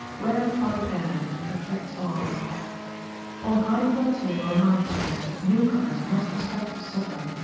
rarefied air, effects of on high plateaux or mountains new-comers must expect to suffer.